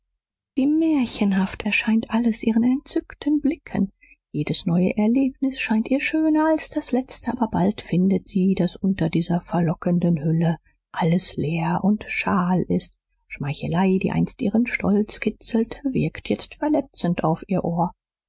wie märchenhaft erscheint alles ihren entzückten blicken jedes neue erlebnis scheint ihr schöner als das letzte aber bald findet sie daß unter dieser verlockenden hülle alles leer und schal ist schmeichelei die einst ihren stolz kitzelte wirkt jetzt verletzend auf ihr ohr